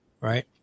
right